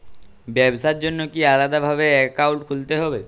ব্যাবসার জন্য কি আলাদা ভাবে অ্যাকাউন্ট খুলতে হবে?